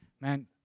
Man